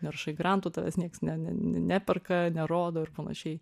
nerešai grantų tavęs nieks ne n neperka nerodo ir panašiai